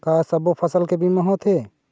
का सब्बो फसल के बीमा होथे?